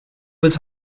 was